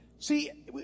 See